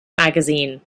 magazine